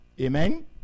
Amen